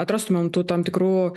atrastumėm tų tam tikrų